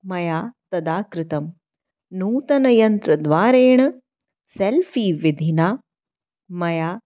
मया तदा कृतं नूतनयन्त्रद्वारेण सेल्फ़ि विधिना मया